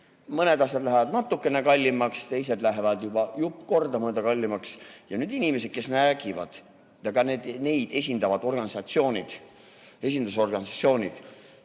Mõned asjad lähevad natukene kallimaks, teised lähevad juba jupp korda kallimaks. Ja need inimesed, kes räägivad, ja neid esindavad organisatsioonid, esindusorganisatsioonid